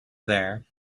there